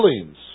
feelings